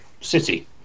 city